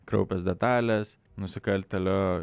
kraupios detalės nusikaltėlio